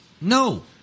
No